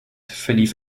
verlief